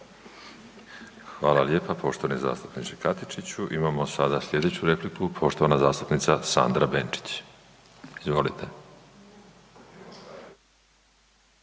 Hvala lijepa poštovani zastupniče Katičiću. Imamo sada slijedeću repliku, poštovana zastupnica Sandra Benčić, izvolite.